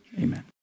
amen